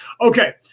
Okay